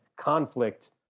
conflict